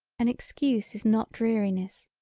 an excuse is not dreariness,